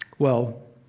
well,